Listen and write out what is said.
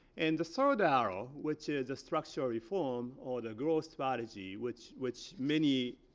and the third arrow, which is a structural reform or the growth strategy which which many